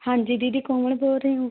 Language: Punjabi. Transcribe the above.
ਹਾਂਜੀ ਦੀਦੀ ਕੌਣ ਬੋਲ ਰਹੇ ਹੋ